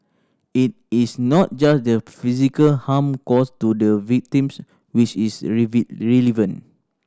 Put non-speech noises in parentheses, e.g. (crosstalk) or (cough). it is not just the physical harm caused to the victims which is (unintelligible) relevant